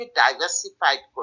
diversified